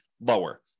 lower